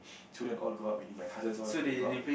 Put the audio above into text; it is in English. children all grow up already my cousins all they grow up already